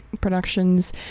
Productions